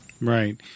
Right